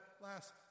last